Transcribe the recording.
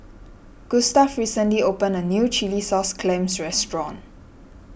Gustav recently opened a new Chilli Sauce Clams Restaurant